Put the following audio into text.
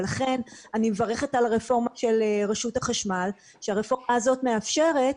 ולכן אני מברכת על הרפורמה של רשות החשמל כי הרפורמה הזאת מאפשרת